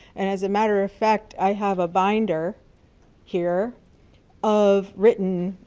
and as a matter of fact i have a binder here of written